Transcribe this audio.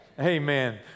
Amen